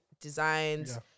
designs